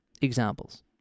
Examples